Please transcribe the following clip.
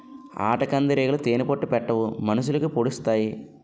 ఆటకందిరీగలు తేనే పట్టు పెట్టవు మనుషులకి పొడిసెత్తాయి